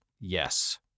yes